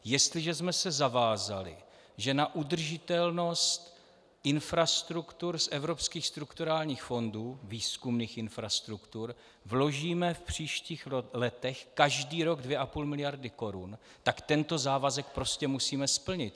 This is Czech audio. Jestliže jsme se zavázali, že na udržitelnost infrastruktur z evropských strukturálních fondů, výzkumných infrastruktur, vložíme v příštích letech každý rok 2,5 mld. korun, tak tento závazek prostě musíme splnit.